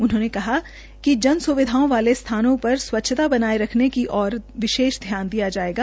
उन्होंने कहा कि जन स्विधाओं वाले स्थानों पर स्वच्छता बनाये रखने की ओर विशेष ध्यान दिया जायेगा